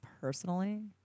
personally